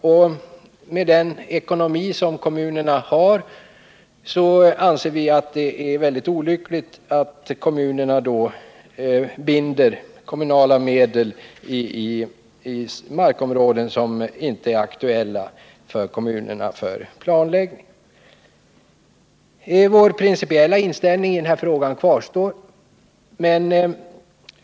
Med tanke på den ekonomi som kommunerna har anser vi det väldigt olyckligt att kommunerna binder kommunala medel i markområden, som inte är aktuella för kommunal planläggning. Vår principiella inställning i denna fråga kvarstår.